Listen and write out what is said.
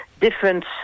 difference